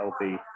healthy